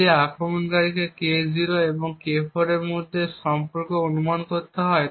যদি আক্রমণকারীকে K0 এবং K4 সম্পর্কে অনুমান করতে হয়